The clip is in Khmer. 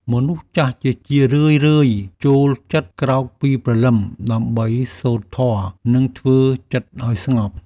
មនុស្សចាស់ជារឿយៗចូលចិត្តក្រោកពីព្រលឹម ដើម្បីសូត្រធម៌ និងធ្វើចិត្តឱ្យស្ងប់។